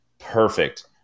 perfect